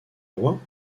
roi